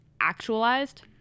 actualized